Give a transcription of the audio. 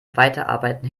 weiterarbeiten